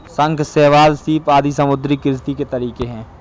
शंख, शैवाल, सीप आदि समुद्री कृषि के तरीके है